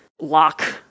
lock